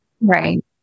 Right